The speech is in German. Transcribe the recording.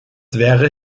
wäre